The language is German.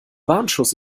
warnschuss